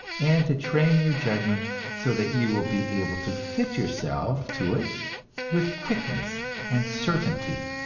and to train your judgment so that you will be able to fit yourself to it with quickness and certainty!